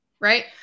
right